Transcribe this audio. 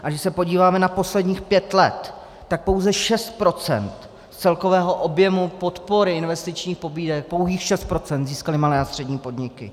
A když se podíváme na posledních pět let, tak pouze 6 % z celkového objemu podpory investičních pobídek, pouhých 6 % získaly malé a střední podniky.